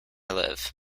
live